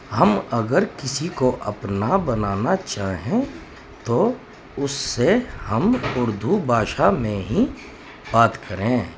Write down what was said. ہم اگر کسی کو اپنا بنانا چاہیں تو اس سے ہم اردو بھاشا میں ہی بات کریں